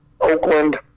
Oakland